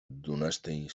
dwunastej